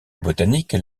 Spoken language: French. botanique